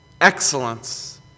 excellence